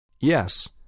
Yes